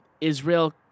Israel